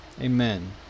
Amen